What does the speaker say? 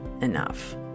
enough